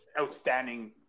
outstanding